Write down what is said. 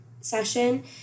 session